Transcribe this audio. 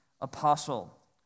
apostle